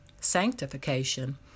sanctification